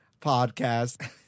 podcast